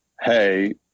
hey